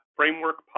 framework